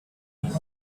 and